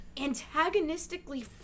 antagonistically